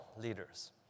leaders